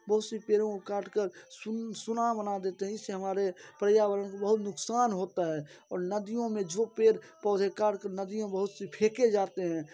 बहुत से पेड़ों को काट कर सुना सुना बना देते हैं इससे हमारे पर्यावरण को बहुत नुक़सान होता है और नदियों में जो पेड़ पौधे काट कर नदियों में बहुत सी फेंके जाते हैं